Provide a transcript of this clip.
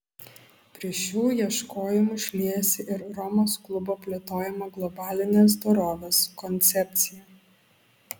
prie šių ieškojimų šliejasi ir romos klubo plėtojama globalinės dorovės koncepcija